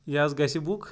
یہِ حظ گژھِ بُک